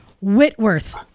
Whitworth